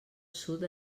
sud